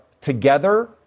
together